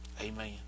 Amen